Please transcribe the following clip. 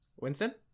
Winston